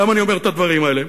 למה אני אומר את הדברים האלה?